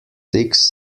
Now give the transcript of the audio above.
six